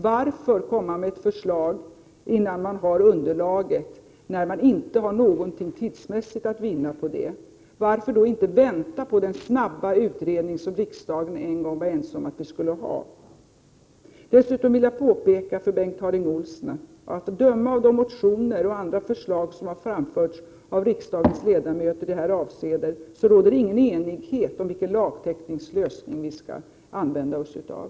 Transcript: Varför komma med ett förslag innan man har underlaget, när man inte har någonting att vinna på det tidsmässigt? Varför då inte vänta på den snabba utredning som riksdagen en gång var ense om att vi skulle ha? Dessutom vill jag påpeka för Bengt Harding Olsson att det, att döma av de motioner och andra förslag som har framförts av riksdagens ledamöter i detta avseende, inte råder någon enighet om vilken lagteknisk lösning vi skall använda oss av.